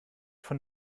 von